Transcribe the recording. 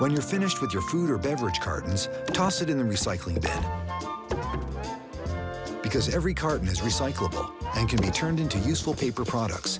when you're finished with your food or beverage cartons toss it in the recycling the bad because every card is recyclable and can be turned into useful paper products